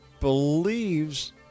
believes